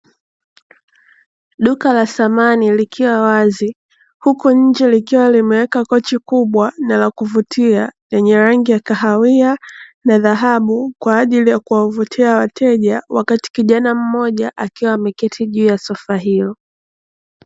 Duka la thamani likiwa wazi, huku nje likiwa limeweka kochi kubwa na la kuvutia lenye rangi ya kahawia na dhahabu, kwa ajili ya kuwavutia wateja, wakati kijana mmoja akiwa ameketi juu ya sofa hilo.